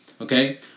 Okay